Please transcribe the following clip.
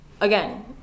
Again